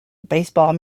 baseball